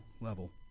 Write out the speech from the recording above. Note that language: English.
level